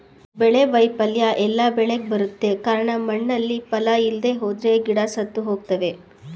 ಬೆಳೆ ವೈಫಲ್ಯ ಎಲ್ಲ ಬೆಳೆಗ್ ಬರುತ್ತೆ ಕಾರ್ಣ ಮಣ್ಣಲ್ಲಿ ಪಾಲ ಇಲ್ದೆಹೋದ್ರೆ ಗಿಡ ಸತ್ತುಹೋಗ್ತವೆ